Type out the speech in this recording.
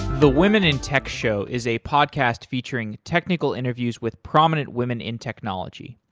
the women in tech show is a podcast featuring technical interviews with prominent women in technology.